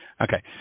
Okay